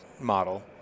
model